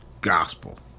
gospel